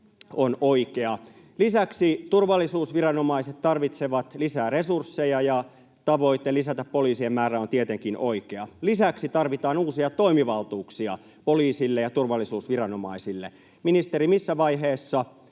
on oikea. Lisäksi turvallisuusviranomaiset tarvitsevat lisää resursseja, ja tavoite lisätä poliisien määrää on tietenkin oikea. Lisäksi tarvitaan uusia toimivaltuuksia poliisille ja turvallisuusviranomaisille. Ministeri, missä vaiheessa